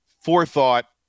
forethought